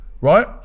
right